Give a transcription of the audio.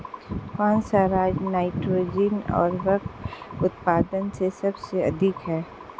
कौन सा राज नाइट्रोजन उर्वरक उत्पादन में सबसे अधिक है?